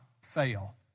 fail